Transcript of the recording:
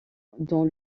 dans